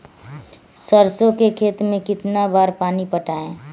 सरसों के खेत मे कितना बार पानी पटाये?